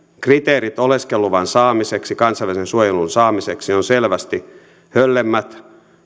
kriteerimme oleskeluluvan saamiseksi ja kansainvälisen suojelun saamiseksi ovat selvästi höllemmät